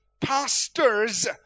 pastors